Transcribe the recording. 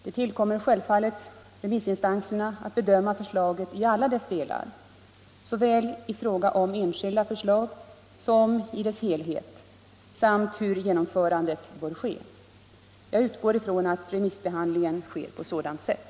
Det tillkommer självfallet remissinstanserna att bedöma förslaget i alla dess delar, såväl i fråga om enskilda förslag som i dess helhet, samt hur genomförandet bör ske. Jag utgår ifrån att remissbehandlingen sker på sådant sätt.